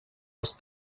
els